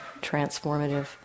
transformative